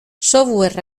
software